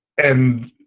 and